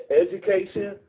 education